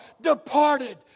departed